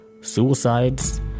suicides